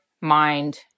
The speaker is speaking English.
mind